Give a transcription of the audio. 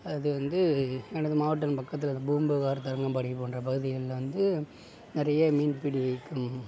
அது வந்து எனது மாவட்டம் பக்கத்தில் இந்த பூம்புகார் தரங்கம்பாடி போன்ற பகுதிகளில் வந்து நிறைய மீன் பிடிக்கும்